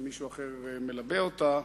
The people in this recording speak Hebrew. ומישהו אחר מלבה אותה,